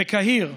בקהיר.